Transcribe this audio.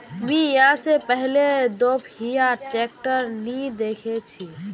मी या से पहले दोपहिया ट्रैक्टर नी देखे छी